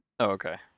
okay